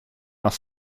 нас